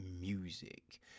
music